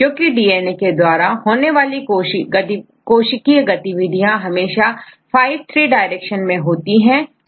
क्योंकि डीएनए के द्वारा होने वाली कोशिकीय गतिविधियां हमेशा5'3' डायरेक्शन में होती है